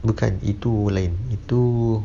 bukan itu lain itu